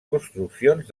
construccions